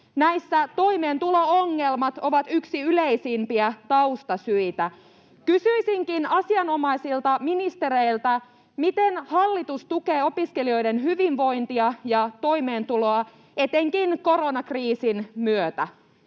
näissä toimeentulo-ongelmat ovat yksi yleisimpiä taustasyitä. Kysyisinkin asianomaisilta ministereiltä: miten hallitus tukee opiskelijoiden hyvinvointia ja toimeentuloa etenkin koronakriisin myötä?